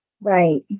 Right